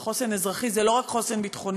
זה חוסן אזרחי, זה לא רק חוסן ביטחוני.